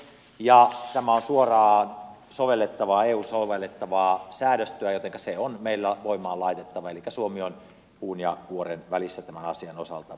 tämä on suoraan eu sovellettavaa säädöstöä jotenka se on meillä voimaan laitettava elikkä suomi on puun ja kuoren välissä tämän asian osalta